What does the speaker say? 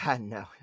No